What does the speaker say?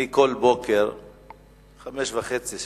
אני כל בוקר בשעה 05:30,